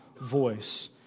voice